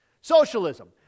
Socialism